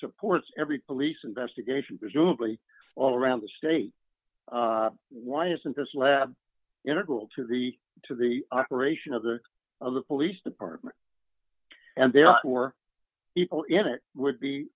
supports every police investigation presumably all around the state why isn't this lab integral to the to the operation of the of the police department and there were people in it would be